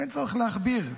אין צורך להכביר.